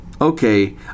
Okay